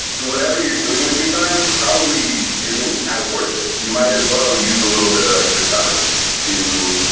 whatever you're doing with your time probably isn't as worth it. you might as well use a little bit of extra time to